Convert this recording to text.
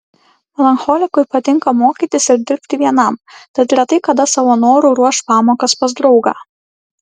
melancholikui patinka mokytis ir dirbti vienam tad retai kada savo noru ruoš pamokas pas draugą